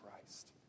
Christ